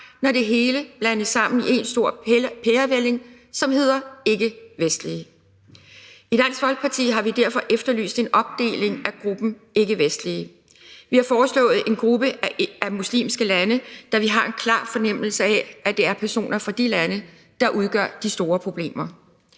når det hele blandes sammen i én stor pærevælling, som hedder ikkevestlige. I Dansk Folkeparti har vi derfor efterlyst en opdeling af gruppen ikkevestlige. Vi har foreslået en gruppe af muslimske lande, da vi har en klar fornemmelse af, at det er personer fra de lande, der udgør de store problemer.